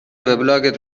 وبلاگت